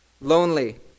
lonely